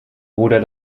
bruder